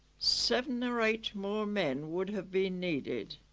seven or eight more men would have been needed